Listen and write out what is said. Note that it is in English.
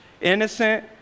innocent